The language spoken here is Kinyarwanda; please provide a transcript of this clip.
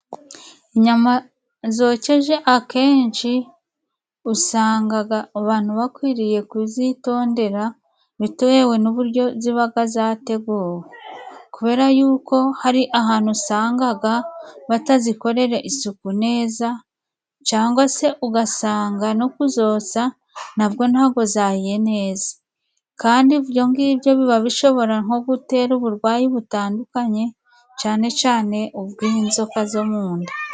Inyama zokeje akenshi usanga abantu bakwiriye kuzitondera, bitewe n'uburyo ziba zateguwe, kubera yuko hari ahantu usanga batazikorera isuku neza, cyangwa se ugasanga no kuzotsa na bwo ntabwo zahiye neza, kandi ibyo ngibyo biba bishobora nko gutera uburwayi, butandukanye cyane cyane ubw'inzoka zo mu nda.